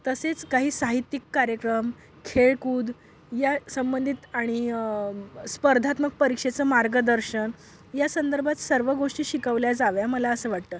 तसेच काही साहित्यिक कार्यक्रम खेळकूद या संबंधित आणि स्पर्धात्मक परीक्षेचं मार्गदर्शन या संदर्भात सर्व गोष्टी शिकवल्या जाव्या मला असं वाटतं